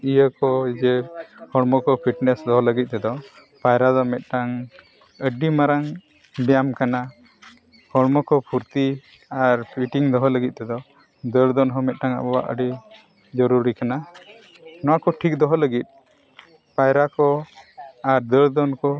ᱤᱭᱟᱹ ᱠᱚ ᱡᱮ ᱦᱚᱲᱢᱚ ᱠᱚ ᱯᱷᱤᱴᱱᱮᱥ ᱫᱚᱦᱚ ᱞᱟᱹᱜᱤᱫ ᱛᱮᱫᱚ ᱯᱟᱭᱨᱟ ᱫᱚ ᱢᱤᱫᱴᱟᱝ ᱟᱹᱰᱤ ᱢᱟᱨᱟᱝ ᱵᱮᱭᱟᱢ ᱠᱟᱱᱟ ᱦᱚᱲᱢᱚ ᱠᱚ ᱯᱷᱩᱨᱛᱤ ᱟᱨ ᱯᱷᱤᱴᱤᱝ ᱫᱚᱦᱚ ᱞᱟᱹᱜᱤᱫ ᱛᱮᱫᱚ ᱫᱟᱹᱲ ᱫᱚᱱ ᱦᱚᱸ ᱢᱤᱫᱴᱟᱝ ᱟᱵᱚᱣᱟᱜ ᱟᱹᱰᱤ ᱡᱟᱹᱨᱩᱲᱤ ᱠᱟᱱᱟ ᱱᱚᱣᱟ ᱠᱚ ᱴᱷᱤᱠ ᱫᱚᱦᱚᱭ ᱞᱟᱹᱜᱤᱫ ᱯᱟᱭᱨᱟ ᱠᱚ ᱟᱨ ᱫᱟᱹᱲ ᱫᱚᱱ ᱠᱚ